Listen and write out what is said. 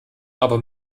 aber